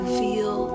feel